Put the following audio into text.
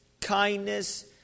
kindness